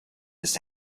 this